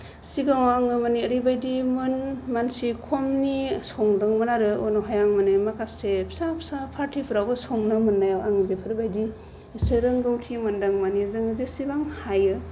सिगाङाव आङो माने ओरैबायदिमोन मानसि खमनि संदोंमोन आरो उनावहाय आं माने माखासे फिसा फिसा पार्ति फोरावबो संनो मोननायाव आं बेफोरबायदि इसे रोंगौथि मोनदों माने जों जेसेबां हायो